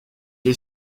est